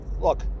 Look